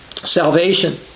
salvation